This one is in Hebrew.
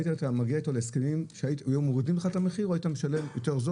היית מגיע אתו להסכמים שהיו מורידים לך את המחיר או היית משלם יותר?